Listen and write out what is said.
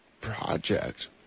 project